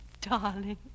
darling